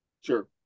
Sure